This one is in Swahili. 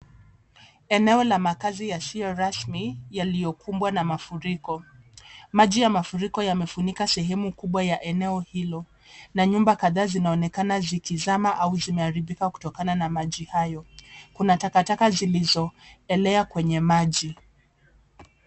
Eneo ya makazi yasio rasmi yaliyokumbwa na mafuriko. Maji ya mafuriko yamefunika sehemu kubwa ya eneo hilo na nyumba kadhaa zinaonekana zikizama au zimeharibika kutokana na maji hayo. Kuna takataka zilizoelea kwenye maji.